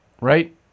right